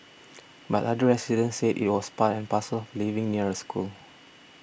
but other residents said it was part and parcel of living near a school